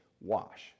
wash